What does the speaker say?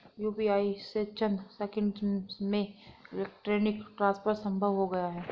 UPI से चंद seconds में इलेक्ट्रॉनिक ट्रांसफर संभव हो गया है